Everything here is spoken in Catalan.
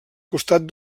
costat